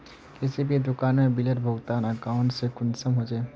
किसी भी दुकान में बिलेर भुगतान अकाउंट से कुंसम होचे?